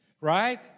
right